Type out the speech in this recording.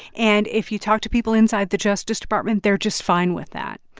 and if you talk to people inside the justice department, they're just fine with that.